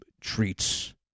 treats